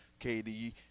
KD